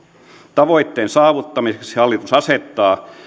tavoitteen saavuttamiseksi hallitus asettaa